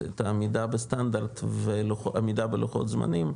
את העמידה בסטנדרט ועמידה בלוחות זמנים,